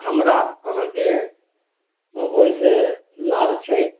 हमरा अहाँकेँ ओहिसँ लाभ छै